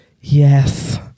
Yes